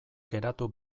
geratu